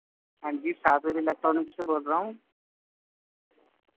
ہاں جی سابیر الیکٹرانکس سے بول رہا ہوں